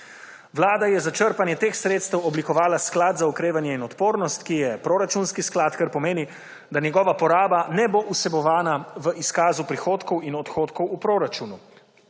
Vlada je za črpanje teh sredstev oblikovala Sklad za okrevanje in odpornost, ki je proračunski sklad, kar pomeni, da njegova poraba ne bo vsebovana v izkazu prihodkov in odhodkov v proračunu.